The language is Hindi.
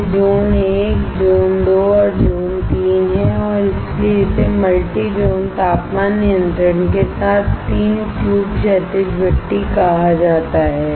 वे जोन 1 जोन 2 और जोन 3 हैं और इसीलिए इसे मल्टी ज़ोन तापमान नियंत्रण के साथ तीन ट्यूब क्षैतिज भट्ठी कहा जाता है